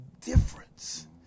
difference